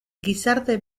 gizarte